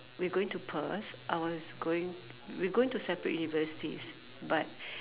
we going to Perth I was going we were going to separate universities but